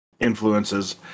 influences